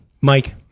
Mike